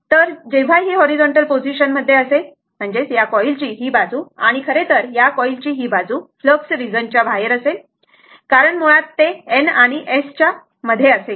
तर जेव्हा ही हॉरिझॉन्टल पोझिशन मध्ये असेल तर या कॉईलची ही बाजू आणि खरेतर या कॉईलची ही बाजू फ्लक्स रिजन च्या बाहेर असेल बरोबर कारण मुळात ते N आणि S च्या मध्ये असेल